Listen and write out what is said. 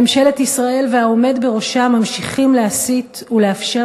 ממשלת ישראל והעומד בראשה ממשיכים להסית ולאפשר